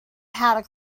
how